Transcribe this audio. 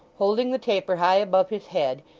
holding the taper high above his head,